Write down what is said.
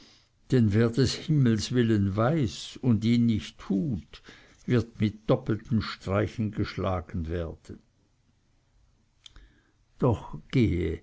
denn wer des herren willen weiß und ihn nicht tut wird mit doppelten streichen geschlagen werden doch gehe